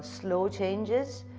slow changes